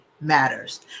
matters